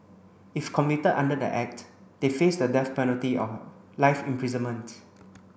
if convicted under the act they face the death penalty or life imprisonment